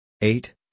eight